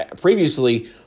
previously